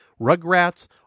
Rugrats